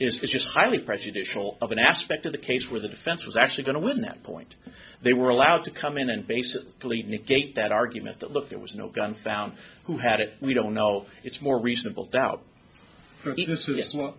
just highly prejudicial of an aspect of the case where the defense was actually going to win that point they were allowed to come in and basically negate that argument that look there was no gun found who had it we don't know it's more reasonable doubt w